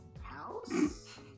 house